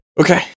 Okay